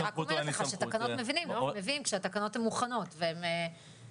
אני רק אומרת לך שתקנות מביאים כשהתקנות הן מוכנות ושלמות.